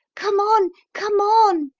come on! come on!